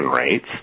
rates